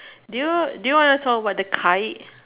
do you do you want talk about the kite